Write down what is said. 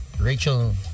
Rachel